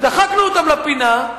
שדחקנו אותם לפינה,